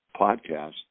podcast